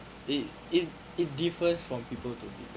it it it differs from people to people